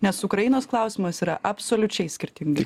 nes ukrainos klausimas yra absoliučiai skirtingai